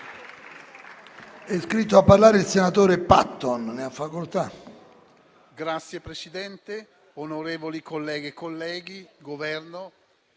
Signor Presidente, onorevoli colleghe e colleghi, Governo,